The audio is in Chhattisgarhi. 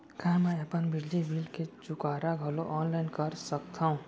का मैं अपन बिजली बिल के चुकारा घलो ऑनलाइन करा सकथव?